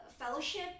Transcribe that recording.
fellowship